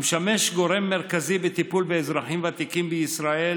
המשמש גורם מרכזי בטיפול באזרחים ותיקים בישראל,